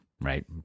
right